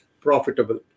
profitable